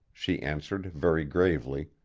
she answered very gravely,